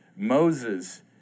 Moses